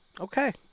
okay